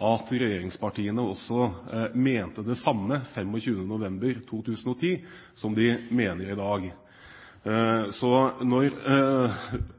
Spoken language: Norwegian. at regjeringspartiene mente det samme 25. november 2010 som det de mener i dag. Når